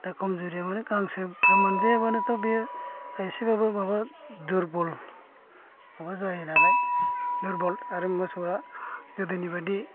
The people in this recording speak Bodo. दा खमजुरि माने गांसो मोनजाया बानोथ' बे एसेबाबो माबा दुरबल माबा जायो नालाय दुरबल आरो मोसौआ गोदोनि बादि